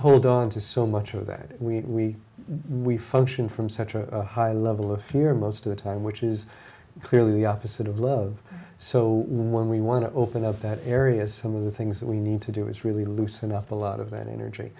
hold on to so much of that we we function from such a high level of fear most of the time which is clearly the opposite of love so when we want to open up that area some of the things that we need to do is really loosen up a lot of energy